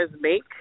make